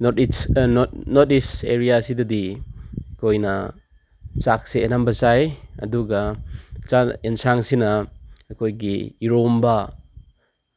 north east ꯑꯦꯔꯤꯌꯥꯁꯤꯗꯗꯤ ꯑꯩꯈꯣꯏꯅ ꯆꯥꯛꯁꯦ ꯑꯅꯝꯕ ꯆꯥꯏ ꯑꯗꯨꯒ ꯆꯥꯛ ꯑꯦꯟꯁꯥꯡꯁꯤꯅ ꯑꯩꯈꯣꯏꯒꯤ ꯏꯔꯣꯟꯕ